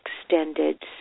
extended